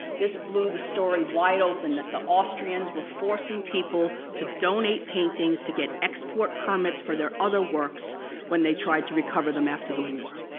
this blew the story wide open that the austrians were forcing people to donate paintings to get export permits for their other works when they tried to recover them after the war.